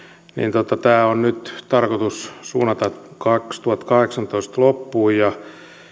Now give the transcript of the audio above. tämä on nyt tarkoitus suunnata vuoden kaksituhattakahdeksantoista loppuun